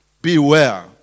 Beware